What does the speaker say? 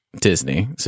Disney